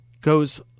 goes